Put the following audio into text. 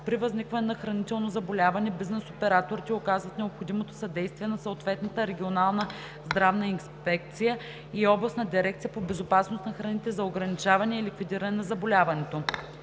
При възникване на хранително заболяване, бизнес операторите оказват необходимото съдействие на съответната регионална здравна инспекция и областна дирекция по безопасност на храните за ограничаване и ликвидиране на заболяването.“